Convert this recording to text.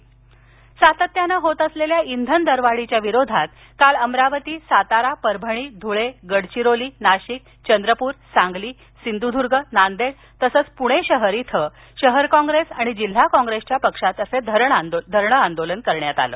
इंधनवाढ आंदोलन सातत्याने होत असलेल्या इंधन दरवाढी विरोधात काल अमरावती सातारा परभणी ध्ळे गडचिरोली नाशिक चंद्रपूर सांगली सिंधुद्ग नांदेड तसंच पूणे शहर इथं शहर काँग्रेस आणि जिल्हा काँग्रेसच्या पक्षातर्फे धरण आंदोलन करण्यात आली